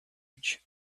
edge